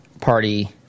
Party